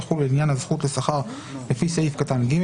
יחולו לעניין הזכות לשכר לפי סעיף קטן (ג),